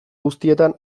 guztietan